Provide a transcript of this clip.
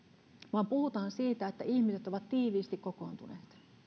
vaan puhutaan siitä että ihmiset ovat tiiviisti kokoontuneet